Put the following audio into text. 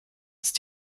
ist